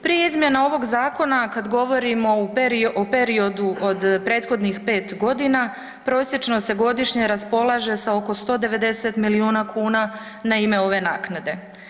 Prije izmjena ovog zakona kad govorimo u periodu od prethodnih 5 godina prosječno se godišnje raspolaže sa oko 190 miliona kuna na ime ove naknade.